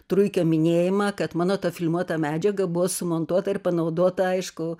truikio minėjimą kad mano ta filmuota medžiaga buvo sumontuota ir panaudota aišku